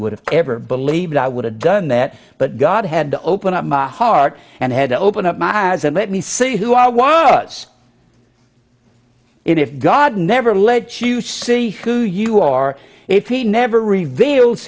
would have ever believed i would have done that but god had to open up my heart and had to open up my eyes and let me see who i was if god never let choose see who you are if he never reveals